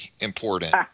important